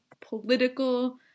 political